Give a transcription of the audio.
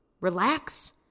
relax